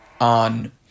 on